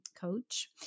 coach